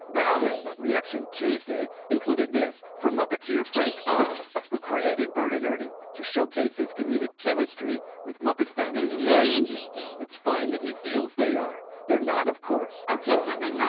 really? reaction tuesday included this from muppeteer frank oz, who created bert and ernie to showcase his comedic chemistry with muppet founder this is very interesting it's fine that he feels they are. they're not, of course. okay, so they're not.